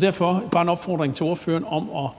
Derfor vil jeg bare komme med en opfordring til ordføreren om at